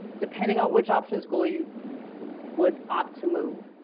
depending on which option school you would opt to move.